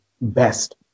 best